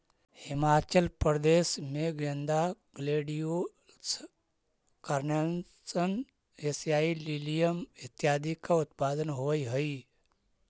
हिमाचल प्रदेश में गेंदा, gladiolus, carnation, एशियाई लिलियम इत्यादि का उत्पादन होवअ हई